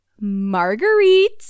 Marguerite